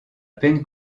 peine